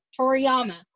Toriyama